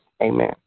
Amen